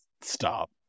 Stop